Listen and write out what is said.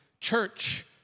church